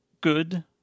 good